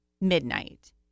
midnight